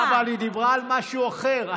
אבל היא דיברה על משהו אחר.